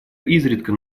изредка